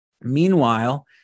Meanwhile